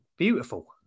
Beautiful